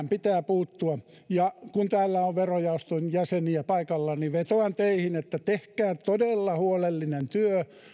pitää puuttua ja kun täällä on verojaoston jäseniä paikalla niin vetoan teihin että tehkää todella huolellinen työ